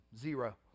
zero